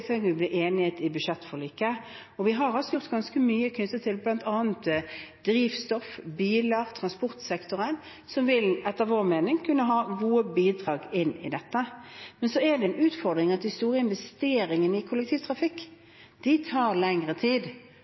enighet om i budsjettforliket. Vi har gjort ganske mye med hensyn til bl.a. drivstoff, biler og transportsektoren, som etter vår mening vil kunne være gode bidrag inn i dette. Men så er det en utfordring at de store investeringene i kollektivtrafikk tar lengre tid.